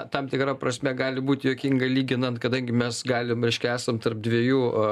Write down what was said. tam tikra prasme gali būt juokinga lyginant kadangi mes galim reiškia esam tarp dviejų